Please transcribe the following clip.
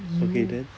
okay then